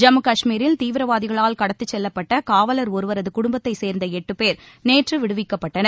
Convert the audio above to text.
ஜம்மு கஷ்மீரில் தீவிரவாதிகளால் கடத்திச் செல்லப்பட்ட காவலர் ஒருவரது குடும்பத்தைச் சேர்ந்த எட்டு பேர் நேற்று விடுவிக்கப்பட்டனர்